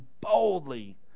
boldly